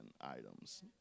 items